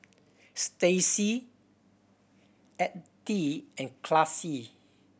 Stacey Edythe and Classie